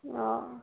অঁ